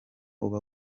uba